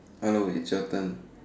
hello it's your turn